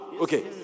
Okay